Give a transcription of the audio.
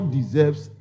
deserves